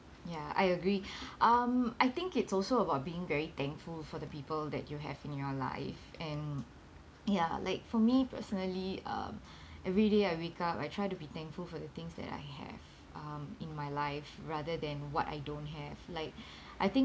ya I agree um I think it's also about being very thankful for the people that you have in your life and ya like for me personally uh every day I wake up I try to be thankful for the things that I have um in my life rather than what I don't have like I think